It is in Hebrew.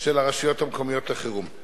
של הרשויות המקומיות לשעת חירום.